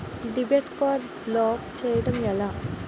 Debit card block చేయటం ఎలా?